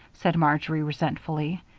said marjory, resentfully.